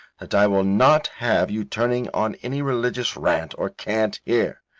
that i will not have you turning on any religious rant or cant here.